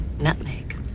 nutmeg